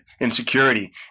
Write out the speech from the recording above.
insecurity